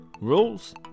rules